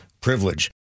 Privilege